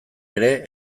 ere